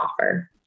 offer